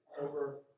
over